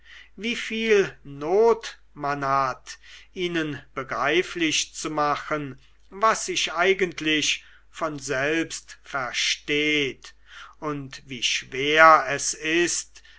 wieviel not man hat ihnen begreiflich zu machen was sich eigentlich von selbst versteht und wie schwer es ist